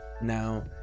Now